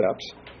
steps